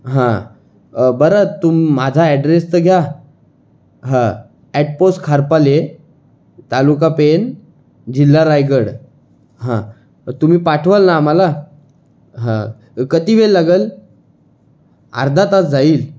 हं बरं तुम माझा ॲड्रेस तर घ्या हं ॲट पोस्ट खारपाले तालुका पेन जिल्हा रायगड हं तुम्ही पाठवाल नं आम्हाला हं कती वेळ लागंल अर्धा तास जाईल